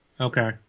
Okay